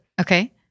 Okay